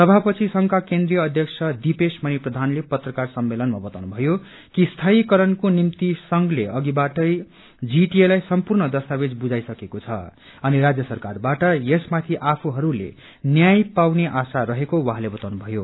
सभापछि संघका केन्ट्रिय अध्यक्ष दीपेशमणि प्रधानले पत्रकार सम्मेलनमा बताउनुभयो कि स्थायी कारणको निम्ति संघले अघिबाटै जीटीए लाई सम्पूर्ण दस्तावेज बुझाइ सकिएको अनि राज्य सरकारबाट यसमाथि आफूहरूले न्याय पाउने आशा रहेको बताउनुभयो